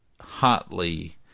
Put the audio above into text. hotly